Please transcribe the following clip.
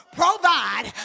provide